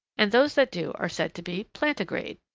and those that do are said to be plantigrade.